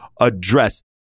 address